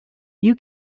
you